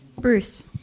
Bruce